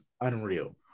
unreal